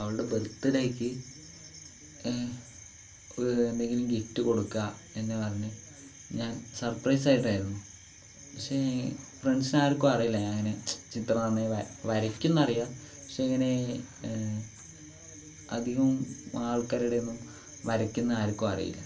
അവളുടെ ബർത്ത്ഡേക്ക് എന്തെങ്കിലും ഗിഫ്റ്റ് കൊടുക്കാം എന്ന് പറഞ്ഞ് ഞാൻ സർപ്രൈസായിട്ടായിരുന്നു പക്ഷേ ഫ്രണ്ട്സ് ആർക്കും അറിയില്ല ഞാൻ ഇങ്ങനെ ചിത്രം നന്നായി വര വരയ്ക്കും എന്നറിയാം പക്ഷെ ഇങ്ങനെ അധികം ആൾക്കാരുടെ ഒന്നും വരയ്ക്കുന്ന ആര്ക്കും അറിയില്ല